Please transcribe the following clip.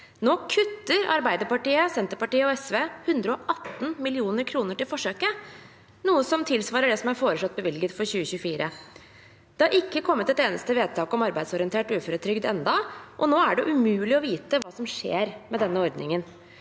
Nå kutter Arbeiderpartiet, Senterpartiet og SV 118 mill. kr til forsøket, noe som tilsvarer det som er foreslått bevilget for 2024. Det er ikke kommet et eneste vedtak om arbeidsorientert uføretrygd ennå, og nå er det umulig å vite hva som skjer med denne ordningen.